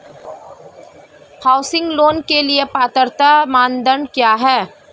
Housing loan के लिए पात्रता मानदंड क्या हैं?